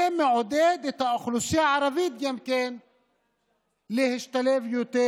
וזה מעודד את האוכלוסייה הערבית גם כן להשתלב יותר